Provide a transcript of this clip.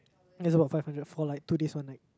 I guess about five hundred for like two days one night